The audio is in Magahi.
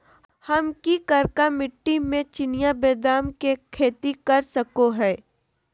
हम की करका मिट्टी में चिनिया बेदाम के खेती कर सको है?